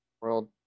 World